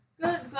Good